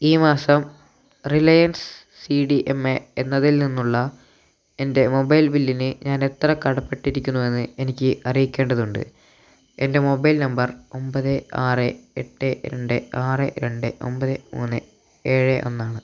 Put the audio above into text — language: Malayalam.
ഈ മാസം Reliance C D M A എന്നതിൽ നിന്നുള്ള എൻ്റെ മൊബൈൽ ബില്ലിന് ഞാൻ എത്ര കടപ്പെട്ടിരിക്കുന്നുവെന്ന് എനിക്ക് അറിയിക്കേണ്ടതുണ്ട് എൻ്റെ മൊബൈൽ നമ്പർ ഒമ്പത് ആറ് എട്ട് രണ്ട് ആറ് രണ്ട് ഒമ്പത് മൂന്ന് ഏഴ് ഒന്നാണ്